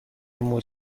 موج